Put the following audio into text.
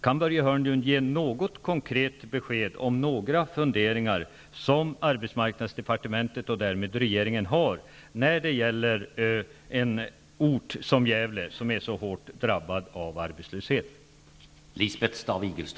Kan Börje Hörnlund ge något konkret besked om funderingar som arbetsmarknadsdepartementet och därmed regeringen har när det gäller en ort som Gävle som är så hårt drabbad av arbetslöshet?